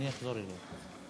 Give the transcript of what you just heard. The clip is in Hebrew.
אדוני היושב-ראש, תודה